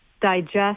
digest